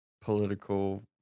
political